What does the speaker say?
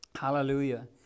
Hallelujah